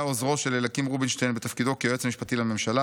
היה עוזרו של אליקים רובינשטיין בתפקידו כיועץ משפטי לממשלה,